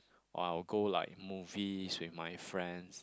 or I'll go like movies with my friends